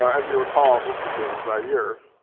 as you recall this is in zaire